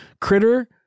critter